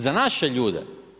Za naše ljude?